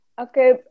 Okay